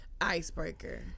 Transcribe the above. icebreaker